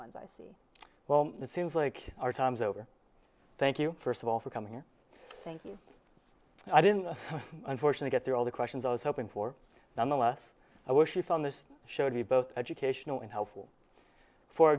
ones i see well it seems like our time is over thank you first of all for coming here thank you i didn't unfortunate get there all the questions i was hoping for nonetheless i wish on this show to be both educational and helpful for